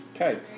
Okay